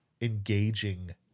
engaging